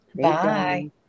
Bye